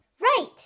Right